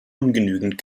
ungenügend